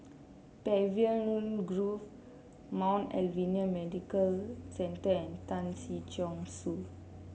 Pavilion Grove Mount Alvernia Medical Centre and Tan Si Chong Su